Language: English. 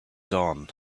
dawn